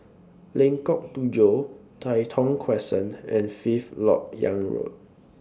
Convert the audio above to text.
Lengkok Tujoh Tai Thong Crescent and Fifth Lok Yang Road